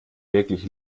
wirklich